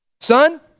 Son